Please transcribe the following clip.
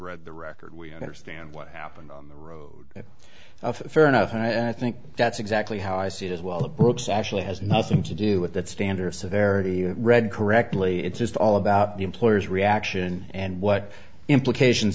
read the rest we understand what happened on the road fair enough and i think that's exactly how i see it as well the book's actually has nothing to do with that standard of severity you read correctly it's just all about the employers reaction and what implications